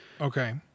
Okay